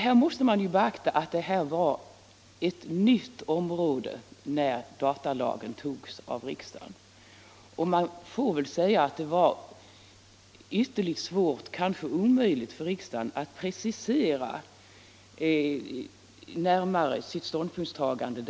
Här måste man emellertid beakta att detta var ett nytt område när datalagen togs av riksdagen, och man får väl säga att det var ytterligt svårt, kanske omöjligt, för riksdagen att närmare precisera sitt ståndpunktstagande.